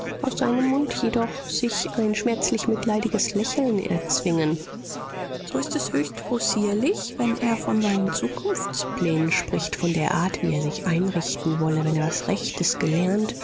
aus seinem mund jedoch sich ein schmerzlich mitleidiges lächeln erzwingen so ist es höchst possierlich wenn er von seinen zukunftsplänen spricht von der art wie er sich einrichten wolle wenn er was rechtes gelernt